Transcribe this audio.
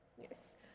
Yes